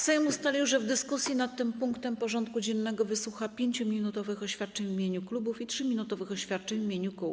Sejm ustalił, że w dyskusji nad tym punktem porządku dziennego wysłucha 5-minutowych oświadczeń w imieniu klubów i 3-minutowych oświadczeń w imieniu kół.